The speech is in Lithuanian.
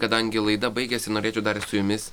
kadangi laida baigėsi norėčiau dar su jumis